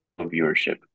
viewership